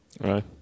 Right